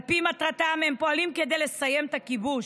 על פי מטרתם הם פועלים כדי "לסיים את הכיבוש".